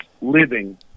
living